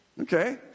Okay